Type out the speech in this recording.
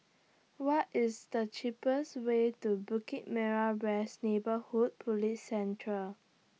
What IS The cheapest Way to Bukit Merah West Neighbourhood Police Centre